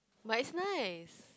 but it's nice